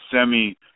semi